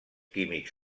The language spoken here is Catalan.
químics